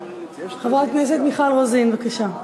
חברת הכנסת מיכל רוזין, בבקשה.